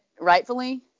rightfully